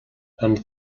and